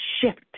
shift